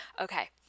okay